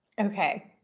Okay